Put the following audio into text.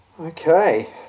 okay